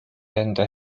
enda